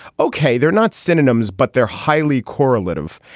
ok, they're not synonyms, but they're highly correlative.